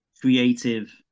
creative